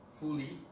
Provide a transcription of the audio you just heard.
fully